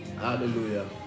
Hallelujah